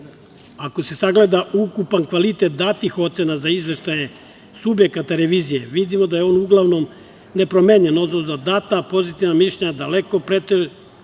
se sagleda ukupan kvalitet datih ocena za izveštaje subjekata revizije vidimo da je on uglavnom nepromenjen, odnosno da su tada pozitivna mišljenja daleko pretežu nad